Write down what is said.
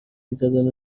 میزدن